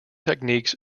techniques